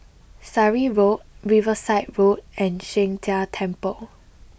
Surrey Road Riverside Road and Sheng Jia Temple